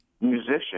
musician